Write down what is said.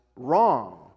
Wrong